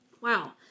Wow